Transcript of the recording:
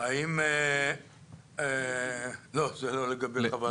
לנציג הוועדה המחוזית האם אתם ערים לאישור של תוכניות